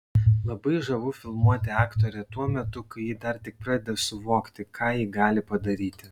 labai žavu filmuoti aktorę tuo metu kai ji dar tik pradeda suvokti ką ji gali padaryti